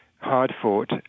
hard-fought